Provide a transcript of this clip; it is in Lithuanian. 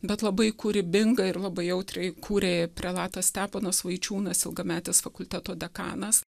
bet labai kūrybingai ir labai jautriai kūrė prelatas steponas vaičiūnas ilgametis fakulteto dekanas